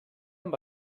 amb